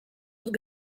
dut